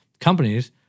Companies